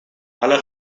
alla